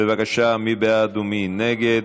בבקשה, מי בעד ומי נגד?